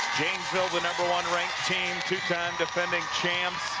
janesville, the number one ranked team, two time defending champ